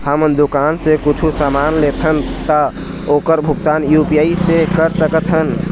हमन दुकान से कुछू समान लेथन ता ओकर भुगतान यू.पी.आई से कर सकथन?